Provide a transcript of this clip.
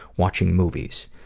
watching movies.